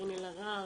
קארין אלהרר